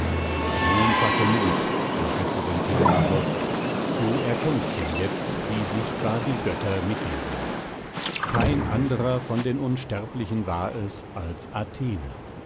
nun fasse mut sprach er zu dem telemachos du erkennst ja jetzt wie sichtbar die götter mit dir sind kein anderer von den unsterblichen war es als athene